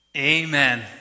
Amen